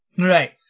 Right